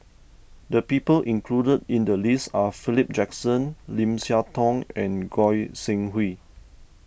the people included in the list are Philip Jackson Lim Siah Tong and Goi Seng Hui